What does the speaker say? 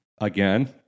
again